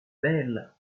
belle